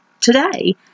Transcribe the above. today